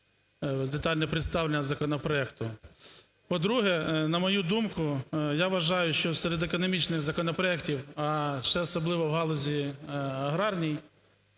детальне представлення законопроекту. По-друге, на мою думку, я вважаю, що серед економічних законопроектів, а ще особливо в галузі аграрній,